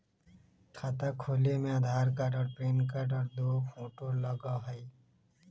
खाता खोले में आधार कार्ड और पेन कार्ड और दो फोटो लगहई?